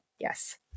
Yes